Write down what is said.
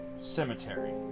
Cemetery